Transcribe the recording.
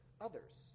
others